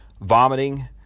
vomiting